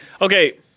Okay